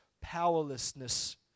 powerlessness